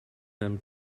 them